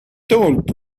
told